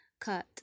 Cut